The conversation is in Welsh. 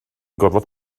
gorfod